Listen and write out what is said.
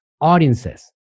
audiences